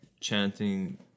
chanting